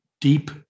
Deep